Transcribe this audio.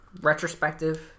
Retrospective